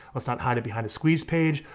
let's not hide it behind a squeeze page.